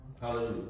Hallelujah